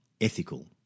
ethical